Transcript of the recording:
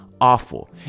awful